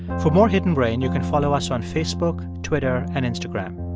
for more hidden brain, you can follow us on facebook, twitter and instagram.